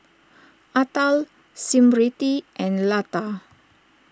Atal Smriti and Lata